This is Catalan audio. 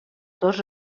dos